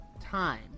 time